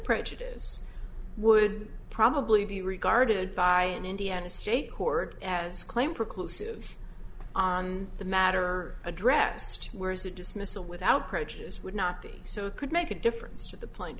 prejudice would probably be regarded by an indiana state court as claimed reclusive on the matter addressed whereas a dismissal without prejudice would not be so it could make a difference to the plaint